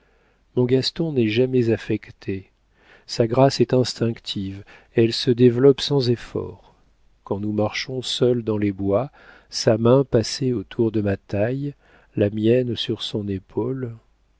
mon gaston n'est jamais affecté sa grâce est instinctive elle se développe sans efforts quand nous marchons seuls dans les bois sa main passée autour de ma taille la mienne sur son épaule